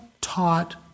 taught